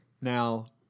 Now